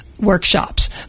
Workshops